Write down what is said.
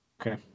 Okay